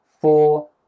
four